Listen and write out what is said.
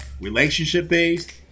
relationship-based